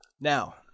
Now